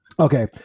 Okay